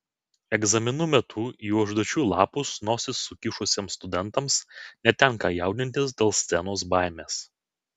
egzaminų metu į užduočių lapus nosis sukišusiems studentams netenka jaudintis dėl scenos baimės